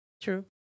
True